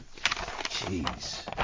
Jeez